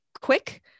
quick